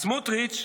אז סמוטריץ'